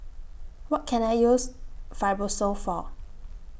What Can I use Fibrosol For